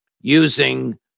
using